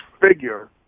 figure